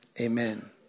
amen